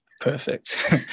perfect